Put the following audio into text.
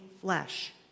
flesh